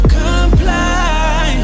comply